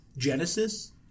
genesis